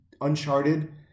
Uncharted